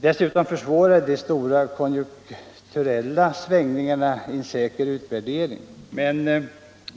Dessutom försvårar de stora konjunkturella svängningarna en säker utvärdering.